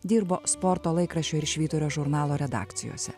dirbo sporto laikraščio ir švyturio žurnalo redakcijose